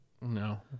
No